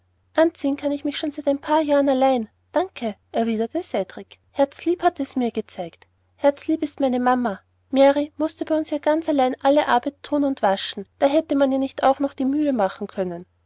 anziehen kann ich mich schon seit ein paar jahren allein danke erwiderte cedrik herzlieb hat es mir gezeigt herzlieb ist meine mama mary mußte ja bei uns ganz allein alle arbeit thun und waschen da hätte man ihr nicht auch noch die mühe machen können